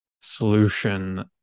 solution